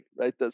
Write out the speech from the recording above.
right